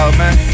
man